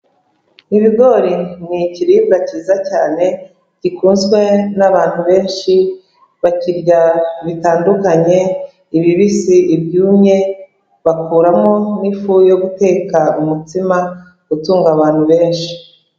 Ibigori ni ikiribwa kiza cyane gikunzwe n'abantu benshi. Bakirya bitandukanye ibibisi, ibyumye. Bakuramo n'ifu yo guteka umutsima utunga abantu benshi.